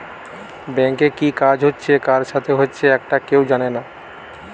ব্যাংকে কি কাজ হচ্ছে কার সাথে হচ্চে একটা কেউ জানে না